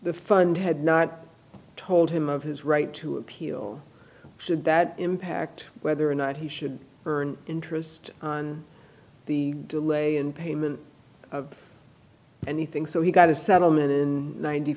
the fund had not told him of his right to appeal should that impact whether or not he should earn interest on the delay in payment of anything so he got a settlement in ninety